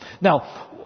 Now